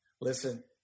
listen